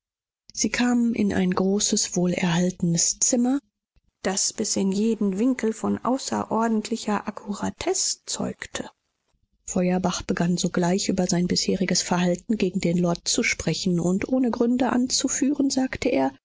sie kamen in ein großes wohlerhaltenes zimmer das bis in jeden winkel von außerordentlicher akkuratesse zeugte feuerbach begann sogleich über sein bisheriges verhalten gegen den lord zu sprechen und ohne gründe anzuführen sagte er